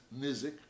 nizik